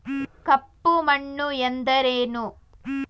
ಕಪ್ಪು ಮಣ್ಣು ಎಂದರೇನು?